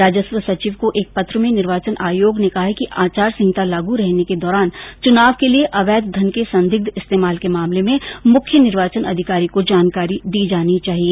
राजस्व सचिव को एक पत्र में निर्वाचन आयोग ने कहा है कि आचार संहिता लागू रहने के दौरान चुनाव केलिए अवैध धन के संदिग्ध इस्तेमाल के मामले में मुख्य निर्वाचन अधिकारी को जानकारी दी जानी चाहिए